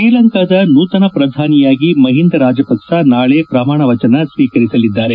ಶ್ರೀಲಂಕಾದ ನೂತನ ಪ್ರಧಾನಿಯಾಗಿ ಮಹೀಂದ ರಾಜಪಕ್ಷ ನಾಳೆ ಪ್ರಮಾಣ ವಚನ ಸ್ನೀಕರಿಸಲಿದ್ದಾರೆ